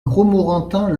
romorantin